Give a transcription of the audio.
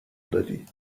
دادی